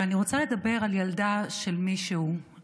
אבל אני רוצה לדבר על ילדה של מישהי,